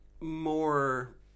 more